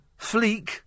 Fleek